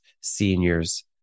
seniors